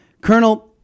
Colonel